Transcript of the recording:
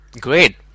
Great